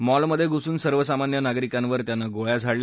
मॉलमध्ये घुसून सर्वसामान्य नागरिकांवर त्याने गोळ्या झाडल्या